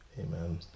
amen